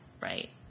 Right